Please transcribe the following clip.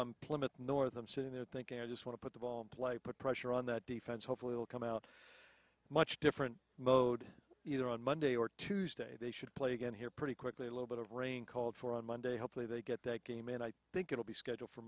from plymouth north i'm sitting there thinking i just want to put the ball play put pressure on that defense hopefully will come out much different mode either on monday or tuesday they should play again here pretty quickly a little bit of rain called for on monday hopefully they get that game and i think it will be scheduled for